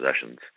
possessions